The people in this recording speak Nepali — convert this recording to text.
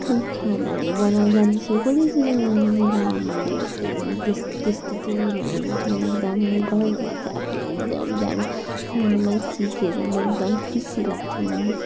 म खानाहरू बनाउनु जान्दछु कसले सिकायो मेरो आमाले भन्थेँ त्यस्तो त्यस्तो त्यो मेरो अनुभव चाहिँ मलाई एकदम गर्व लाग्थ्यो आफूलाई एकदम अब सानोमा सिकेर एकदम खुसी लाग्थ्यो मलाई